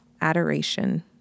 adoration